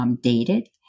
Dated